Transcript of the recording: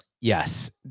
Yes